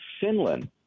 Finland